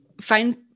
find